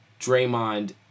Draymond